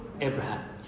Abraham